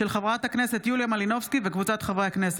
של חברת הכנסת יוליה מלינובסקי וקבוצת חברי הכנסת.